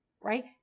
right